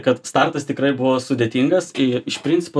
kad startas tikrai buvo sudėtingas kai iš principo